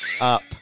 up